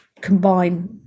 combine